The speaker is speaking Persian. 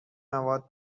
مواد